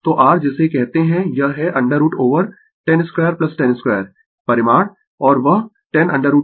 तो r जिसे कहते है यह है √ ओवर 10 2 10 2 परिमाण और वह 10 √ 2